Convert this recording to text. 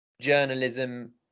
journalism